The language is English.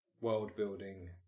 world-building